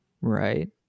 right